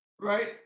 right